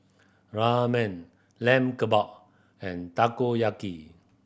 Ramen Lamb Kebab and Takoyaki